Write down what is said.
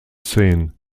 seine